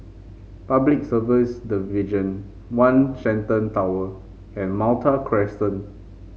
Public Service Division One Shenton Tower and Malta Crescent